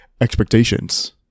expectations